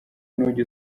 ntujya